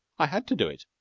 i had to do it.